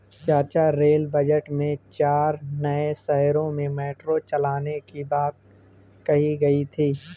चाचा rail budget में चार नए शहरों में मेट्रो चलाने की बात कही गई थी